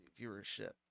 viewership